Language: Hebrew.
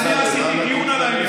אני עשיתי דיון על העניין.